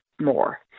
more